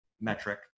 metric